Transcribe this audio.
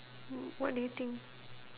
what do you think